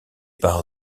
par